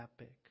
epic